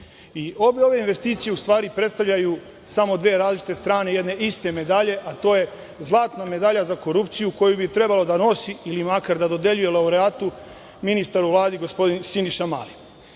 Obe ove investicije u stvari predstavljaju samo dve različite strane jedne iste medalje, a to je zlatna medalja za korupciju koju bi trebalo da nosi ili makar da dodeljuje laureatu ministar u Vladi gospodin Siniša